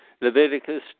Leviticus